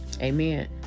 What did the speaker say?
Amen